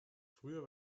früher